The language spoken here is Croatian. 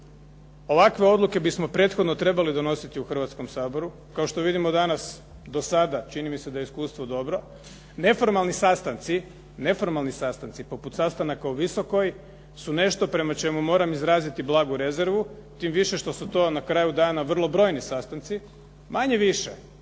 Ovakve odluke bismo prethodno trebali donositi u Hrvatskom saboru, kao što vidimo danas do sada čini mi se da je iskustvo dobro. Neformalni sastanci, poput sastanaka u Visokoj su nešto prema čemu moram izraziti blagu rezervu, tim više što su to na kraju dana vrlo brojni sastanci, manje-više